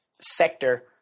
sector